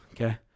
okay